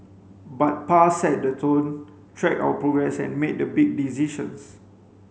but Pa set the tone tracked our progress and made the big decisions